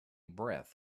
breath